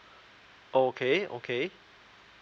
okay okay